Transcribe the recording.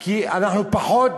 כי אנחנו פחות